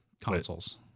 consoles